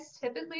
typically